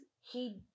he-